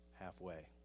halfway